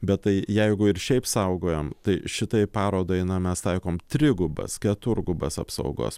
bet tai jeigu ir šiaip saugojam tai šitai parodai na mes taikome trigubas keturgubas apsaugos